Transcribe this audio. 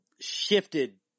shifted